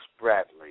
Bradley